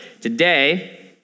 Today